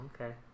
Okay